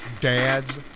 dad's